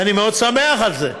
ואני מאוד שמח על זה.